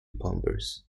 bombers